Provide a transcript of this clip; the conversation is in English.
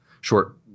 short